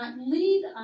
lead